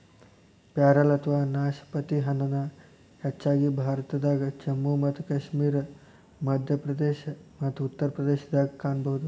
ಪ್ಯಾರಲ ಅಥವಾ ನಾಶಪತಿ ಹಣ್ಣನ್ನ ಹೆಚ್ಚಾಗಿ ಭಾರತದಾಗ, ಜಮ್ಮು ಮತ್ತು ಕಾಶ್ಮೇರ, ಮಧ್ಯಪ್ರದೇಶ ಮತ್ತ ಉತ್ತರ ಪ್ರದೇಶದಾಗ ಕಾಣಬಹುದು